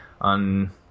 on